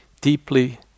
deeply